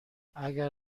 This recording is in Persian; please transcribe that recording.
اگر